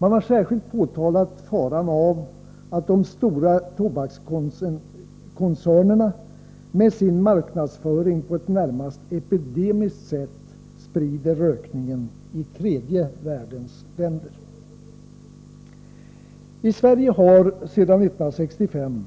Man har särskilt påtalat faran av att de stora tobakskoncernerna med sin marknadsföring på ett närmast epidemiskt sätt sprider rökningen i tredje världens länder. I Sverige har sedan 1965